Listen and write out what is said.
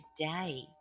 today